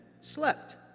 slept